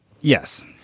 yes